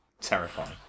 terrifying